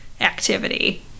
activity